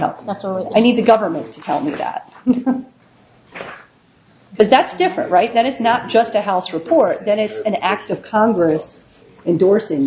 cooperate i need the government to tell me that but that's different right that it's not just a house report that it's an act of congress endorsing